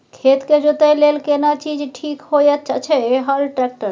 खेत के जोतय लेल केना चीज ठीक होयत अछि, हल, ट्रैक्टर?